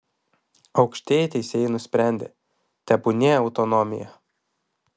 aukštieji teisėjai nusprendė tebūnie autonomija